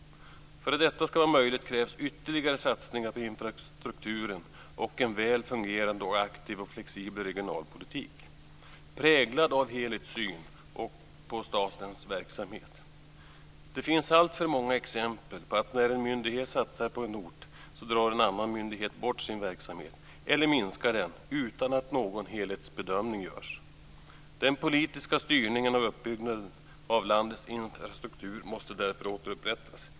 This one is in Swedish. För att detta ska vara möjligt krävs ytterligare satsningar på infrastrukturen och en väl fungerande och aktiv och flexibel regionalpolitik, präglad av helhetssyn på statens verksamhet. Det finns alltför många exempel på att när en myndighet satsar på en ort drar en annan myndighet bort sin verksamhet eller minskar den utan att någon helhetsbedömning görs. Den politiska styrningen av utbyggnaden av landets infrastruktur måste därför återupprättas.